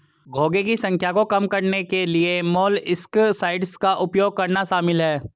घोंघे की संख्या को कम करने के लिए मोलस्कसाइड्स का उपयोग करना शामिल है